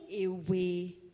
away